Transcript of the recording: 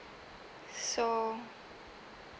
so